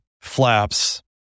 flaps